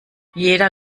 jeder